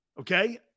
Okay